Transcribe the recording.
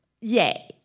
yay